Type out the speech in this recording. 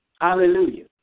Hallelujah